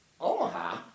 Omaha